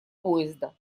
поезда